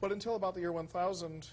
but until about the year one thousand